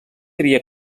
havia